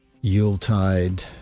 Yuletide